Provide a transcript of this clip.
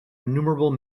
innumerable